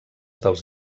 dels